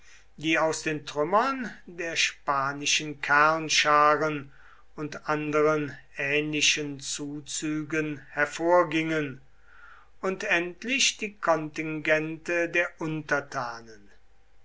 die aus den trümmern der spanischen kernscharen und anderen ähnlichen zuzügen hervorgingen und endlich die kontingente der untertanen